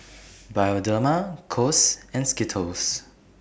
Bioderma Kose and Skittles